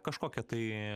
kažkokią tai